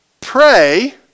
pray